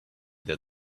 that